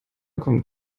kommt